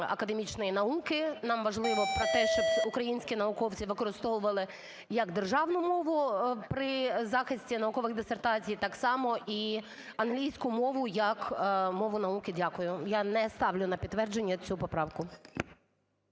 академічної науки, нам важливо про те, щоб українські науковці використовували як державну мову при захисті наукових дисертацій, так само і англійську мову як мову науки. Дякую. Я не ставлю на підтвердження цю поправку.